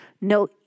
No